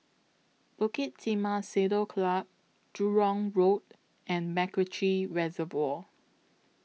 Bukit Timah Saddle Club Jurong Road and Macritchie Reservoir